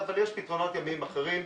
אבל יש פתרונות ימיים אחרים,